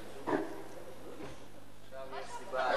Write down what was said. תעיין בספר.